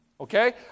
Okay